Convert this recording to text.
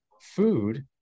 food